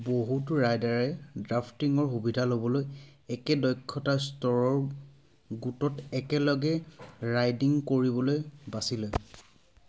বহুতো ৰাইডাৰে ড্ৰাফটিঙৰ সুবিধা ল'বলৈ একে দক্ষতা স্তৰৰ গোটত একেলগে ৰাইডিং কৰিবলৈ বাছি লয়